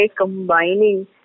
combining